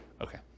Okay